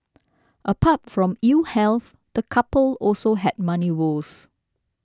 apart from ill health the couple also had money woes